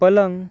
पलंग